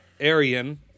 Aryan